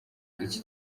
iki